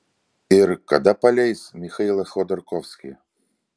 ir kada paleis michailą chodorkovskį